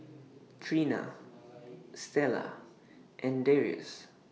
Trina Stella and Darrius